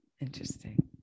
Interesting